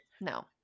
no